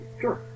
sure